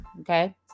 Okay